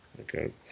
Okay